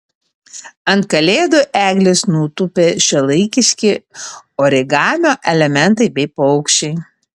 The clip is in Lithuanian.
ant kalėdų eglės nutūpė šiuolaikiški origamio elementai bei paukščiai